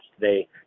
today